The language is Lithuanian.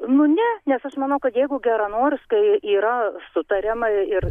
nu ne nes aš manau kad jeigu geranoriškai yra sutariama ir